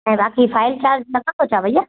ऐं बाक़ी file charge लॻंदो छा भैया